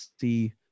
see